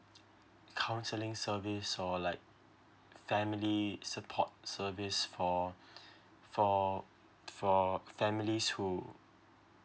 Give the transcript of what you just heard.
counseling service or like family support service for for for families who